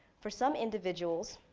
for some individuals,